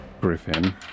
griffin